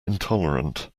intolerant